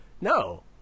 no